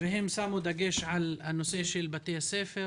והם שמו דגש על הנושא של בתי הספר,